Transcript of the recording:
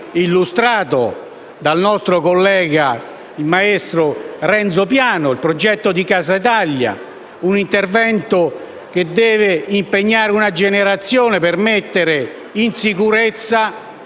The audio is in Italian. illustrato dal nostro collega, il maestro Renzo Piano. Mi riferisco al progetto di Casa Italia, un intervento che deve impegnare una generazione per mettere in sicurezza